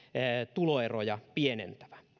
tuloeroja pienentävä